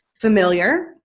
familiar